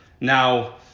Now